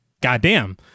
Goddamn